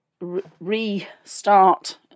restart